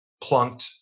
plunked